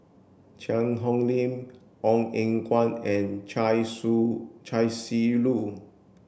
Cheang Hong Lim Ong Eng Guan and Chia Su Chia Shi Lu